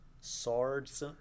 swords